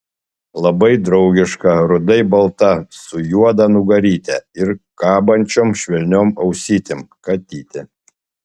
labai draugiška rudai balta su juoda nugaryte ir kabančiom švelniom ausytėm katytė